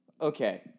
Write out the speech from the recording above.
Okay